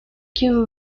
qu’une